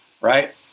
right